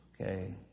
Okay